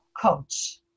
coach